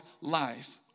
life